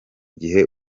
gihe